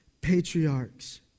patriarchs